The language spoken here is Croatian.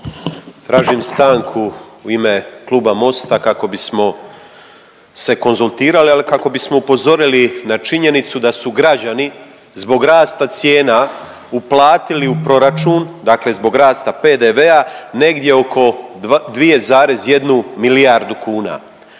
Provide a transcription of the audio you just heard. Tražim stanku u ime Kluba MOST-a kako bismo se konzultirali, ali i kako bismo upozorili na činjenicu da su građani zbog rasta cijena uplatili u proračun, dakle zbog rasta PDV-a negdje oko 2,1 milijardu kuna.